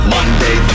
Monday